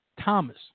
Thomas